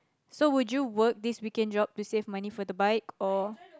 so would you work this weekend job to save money for the bike or